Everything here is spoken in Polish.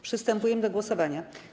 Przystępujemy do głosowania.